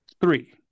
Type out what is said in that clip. three